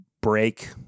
break